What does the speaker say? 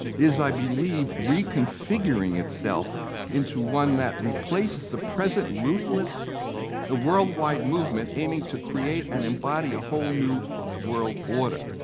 is, i believe, reconfiguring itself into one that replaces the present ruthless ah worldwide movement aiming to create and embody a whole new world order,